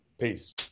Peace